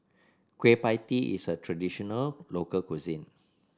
Kueh Pie Tee is a traditional local cuisine